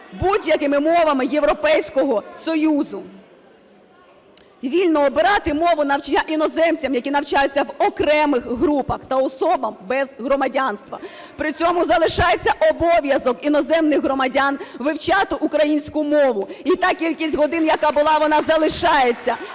будь-якими мовами Європейського Союзу. Вільно обирати мову навчання іноземцям, які навчаються в окремих групах, та особам без громадянства. При цьому залишається обов'язок іноземних громадян вивчати українську мову, і та кількість годин, яка була, вона залишається.